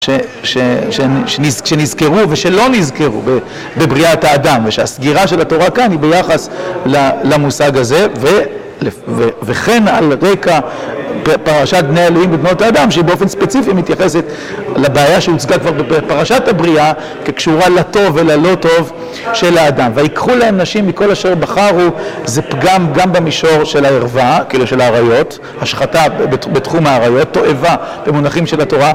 שנזכרו ושלא נזכרו בבריאת האדם ושהסגירה של התורה כאן היא ביחס למושג הזה וכן על רקע פרשת בני אלוהים בבנות האדם שהיא באופן ספציפי מתייחסת לבעיה שהוצגה כבר בפרשת הבריאה כקשורה לטוב וללא טוב של האדם ויקחו להם נשים מכל אשר בחרו זה פגם גם במישור של הערווה כאילו של העריות השחתה בתחום העריות תועבה במונחים של התורה